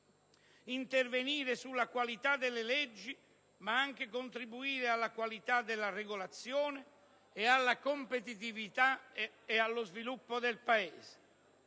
intervenire sulla qualità delle leggi, ma anche contribuire alla qualità della regolazione, alla competitività e allo sviluppo del Paese.